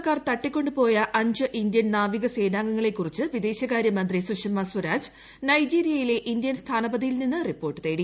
കടൽക്കൊള്ളക്കാർ തട്ടിക്കൊണ്ടു പോയ അഞ്ച് ഇന്ത്യൻ നാവിക സേനാംഗങ്ങളെക്കുറിച്ച് വിദേശകാര്യ മന്ത്രി സുഷമ സ്വരാജ് നൈജീരിയിലെ ഇന്ത്യൻ സ്ഥാനപതിയിൽ നിന്ന് റിപ്പോർട്ട് തേടി